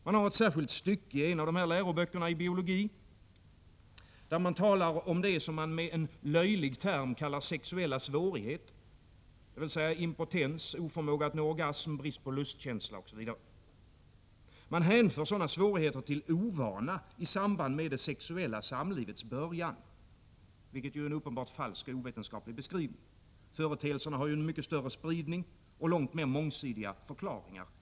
I en av läroböckerna i biologi finns det ett särskilt stycke där det talas om det som man med en löjlig term kallar sexuella svårigheter, dvs. impotens, oförmåga att nå orgasm, brist på lustkänsla, osv. Man hänför sådana svårigheter till ovana i samband med det sexuella samlivets början, vilket är en uppenbart falsk och ovetenskaplig beskrivning — företeelserna har ju en mycket större spridning och långt mer mångsidiga förklaringar.